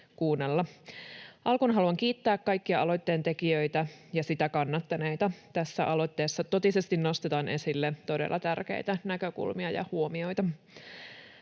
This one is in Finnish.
Alkuun haluan kiittää kaikkia aloitteen tekijöitä ja sitä kannattaneita. Tässä aloitteessa totisesti nostetaan esille todella tärkeitä näkökulmia ja huomioita.